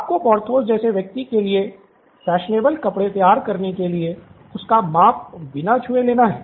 आपको पोर्थोस जैसे व्यक्ति के लिए फैशनेबल कपड़े तैयार करने के लिए उसका माप बिना छूए लेना है